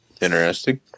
Interesting